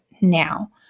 Now